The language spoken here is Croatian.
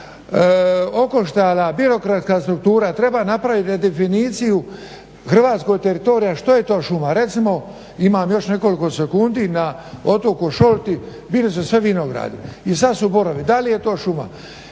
okoštana birokratska struktura. Treba napraviti redefiniciju hrvatskog teritorija, što je to šuma. Recimo, imam još nekoliko sekundi, na otoku Šolti bili su sve vinogradi i sad su borovi. Da li je to šuma?